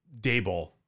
Dable